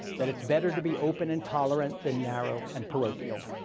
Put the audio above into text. that it's better to be open and tolerant than narrow and parochial.